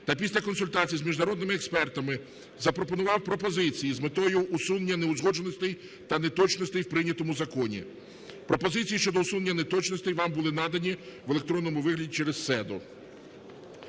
та після консультацій з міжнародними експертами запропонував пропозиції з метою усунення неузгодженостей та неточностей в прийнятому законі. Пропозиції щодо усунення неточностей вам були надані в електронному вигляді через СЕДО.